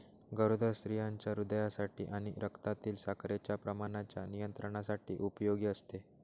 गरोदर स्त्रियांच्या हृदयासाठी आणि रक्तातील साखरेच्या प्रमाणाच्या नियंत्रणासाठी उपयोगी असते